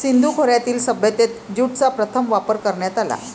सिंधू खोऱ्यातील सभ्यतेत ज्यूटचा प्रथम वापर करण्यात आला